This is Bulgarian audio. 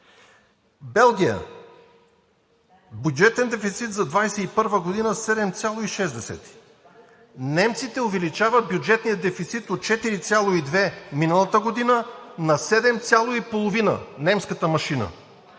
Белгия с бюджетен дефицит за 2021 г. – 7,6; немците увеличават бюджетния дефицит от 4,2 миналата година на 7,5 – немската машина;